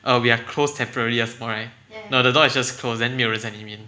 err we're close temporarily then 什么 right no the door is just closed then 没有人在里面